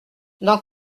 dans